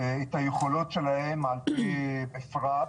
את היכולות שלהן על פי מפרט,